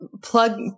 plug